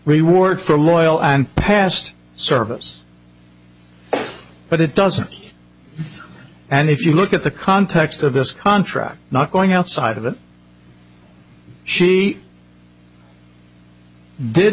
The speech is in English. reward for loyal and past service but it doesn't and if you look at the context of this contract not going outside of it she did